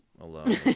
alone